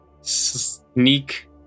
sneak